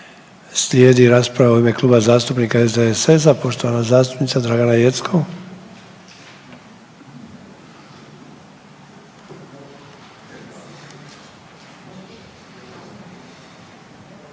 Slijedi rasprava u ime Kluba zastupnika SDSS-a poštovana zastupnica Dragana Jeckov.